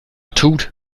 tut